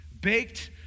baked